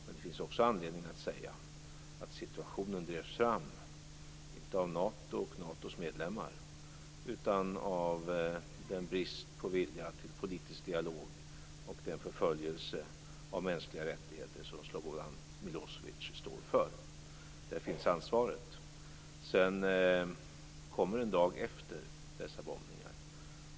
Men det finns också anledning att säga att situationen drevs fram, inte av Nato eller av Natos medlemmar, utan av den brist på vilja till politisk dialog och den förföljelse av mänskliga rättigheter som Slobodan Milosevic står för. Där finns ansvaret. Det kommer en dag efter dessa bombningar.